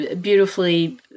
beautifully